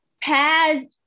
Pad